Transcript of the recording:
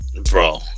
Bro